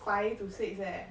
five to six leh